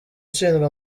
ushinzwe